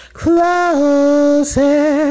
closer